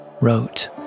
wrote